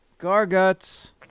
Garguts